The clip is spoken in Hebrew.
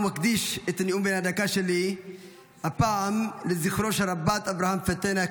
ומקדיש את הנאום בן הדקה שלי הפעם לזכרו של רב"ט אברהם פטנה,